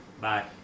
Bye